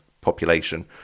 population